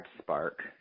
spark